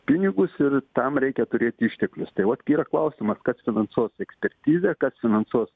pinigus ir tam reikia turėti išteklius tai vat kyla klausimas kas finansuos eksperizę kas finansuos